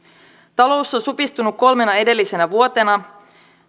talous on supistunut kolmena edellisenä vuotena